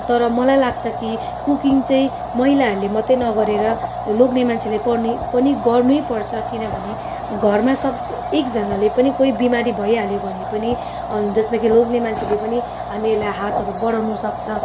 तर मलाई लाग्छ कि कुकिङ चाहिँ महिलाहरूले मात्रै नगरेर लोग्ने मान्छेले पनि पनि गर्नैपर्छ किनभने घरमा सप् एकजानाले पनि कोही बिमारी भइहाल्यो भने पनि जसमा कि लोग्ने मान्छेले पनि हामीहरूलाई हातहरू बढाउनु सक्छ